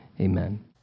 Amen